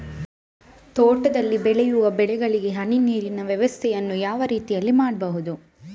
ತೋಟದಲ್ಲಿ ಬೆಳೆಯುವ ಬೆಳೆಗಳಿಗೆ ಹನಿ ನೀರಿನ ವ್ಯವಸ್ಥೆಯನ್ನು ಯಾವ ರೀತಿಯಲ್ಲಿ ಮಾಡ್ಬಹುದು?